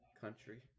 country